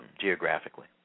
geographically